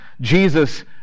Jesus